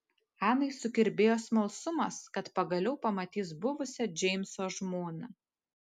anai sukirbėjo smalsumas kad pagaliau pamatys buvusią džeimso žmoną